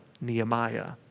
Nehemiah